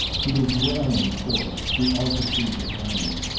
he was well in port, the outer sea behind him,